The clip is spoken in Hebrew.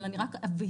אבל אני רק אבהיר,